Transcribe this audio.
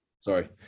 Sorry